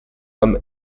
homme